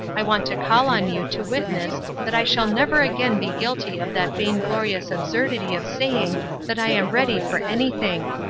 i want to call on you to witness that i shall never again be guilty of that vainglorious absurdity of saying that i am ready for anything.